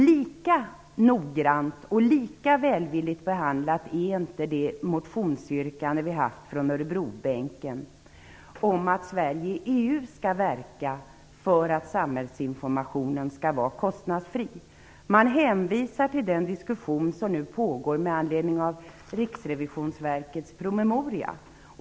Lika noggrant och lika välvilligt behandlat är inte det motionsyrkande vi har från Örebobänken om att Sverige i EU skall verka för att samhällsinformationen skall vara kostnadsfri. Man hänvisar till den diskussion som nu pågår med anledning av Riksrevisionsverkets promemoria.